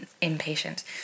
impatient